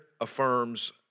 affirms